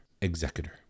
Executor